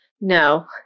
No